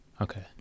Okay